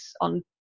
on